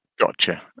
Gotcha